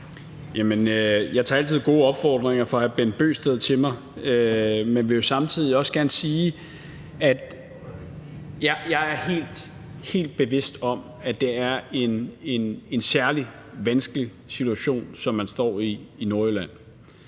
jeg tager altid gode opfordringer fra hr. Bent Bøgsted til mig, men vil jo samtidig også gerne sige, at jeg er helt bevidst om, at det er en særlig vanskelig situation, som man står i i Nordjylland.